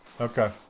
Okay